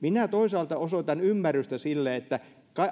minä toisaalta osoitan ymmärrystä sille että